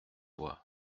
voix